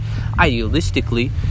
idealistically